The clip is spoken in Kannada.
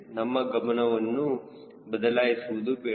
ನಮ್ಮ ಗಮನವನ್ನು ಬದಲಾಯಿಸುವುದು ಬೇಡ